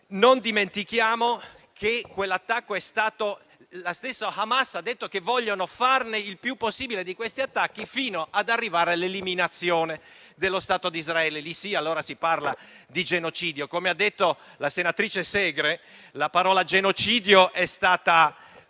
Non dimentichiamo che la stessa Hamas ha detto che vogliono farne il più possibile di questi attacchi, fino ad arrivare all'eliminazione dello Stato d'Israele. Lì sì, allora, che si parla di genocidio. Come ha detto la senatrice Segre, la parola genocidio è stata